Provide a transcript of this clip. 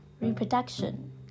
reproduction